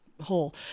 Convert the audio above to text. hole